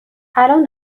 الآن